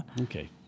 Okay